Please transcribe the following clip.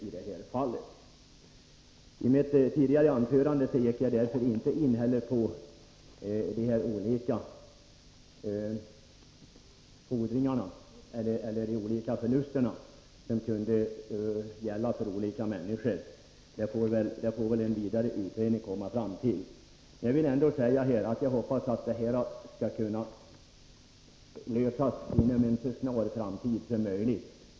I mitt tidigare anförande gick jag därför inte heller in på de olika förluster som kunnat uppstå. Detta får väl en vidare utredning klara ut. Jag hoppas som sagt att frågan skall kunna lösas inom en så snar framtid som möjligt.